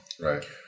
right